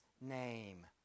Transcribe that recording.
name